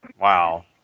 Wow